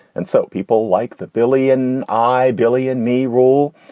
and so people like the billy and i billy and me rule.